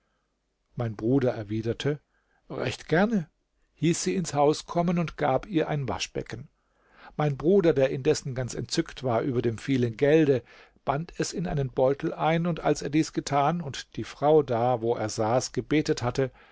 mein bruder erwiderte recht gerne hieß sie ins haus kommen und gab ihr ein waschbecken mein bruder der indessen ganz entzückt war über dem vielen gelde band es in einen beutel ein und als er dies getan und die frau da wo er saß gebetet hatte